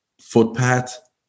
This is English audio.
footpath